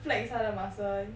flex 他的 muscle